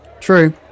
True